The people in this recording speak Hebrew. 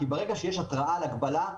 כי ברגע שיש התראה על הגבלה,